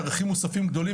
ערכים מוספים גדולים.